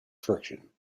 friction